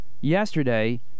yesterday